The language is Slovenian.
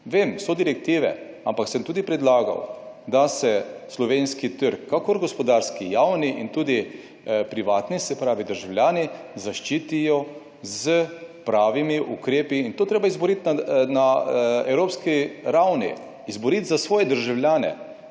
Vem so direktive, ampak sem tudi predlagal, da se slovenski trg, kakor gospodarski, javni in tudi privatni, se pravi, državljani zaščitijo s pravimi ukrepi in to je treba izboriti na evropski ravni. Izboriti za svoje državljane.